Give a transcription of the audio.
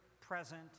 present